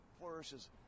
flourishes